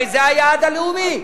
הרי זה היעד הלאומי,